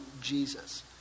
Jesus